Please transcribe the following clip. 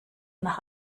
nach